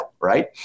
right